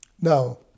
Now